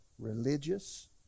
Religious